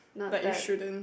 not that